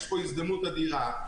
יש פה הזדמנות אדירה,